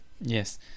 Yes